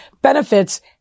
benefits